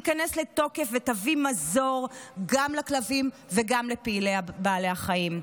תיכנס לתוקף ותביא מזור גם לכלבים וגם לפעילי בעלי החיים.